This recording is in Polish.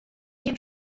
nie